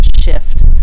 shift